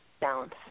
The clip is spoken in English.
balance